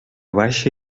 baixa